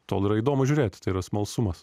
tol yra įdomu žiūrėti tai yra smalsumas